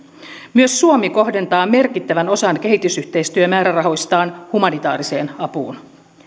myös suomi kohdentaa merkittävän osan kehitysyhteistyömäärärahoistaan humanitaariseen apuun